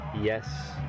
yes